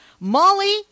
Molly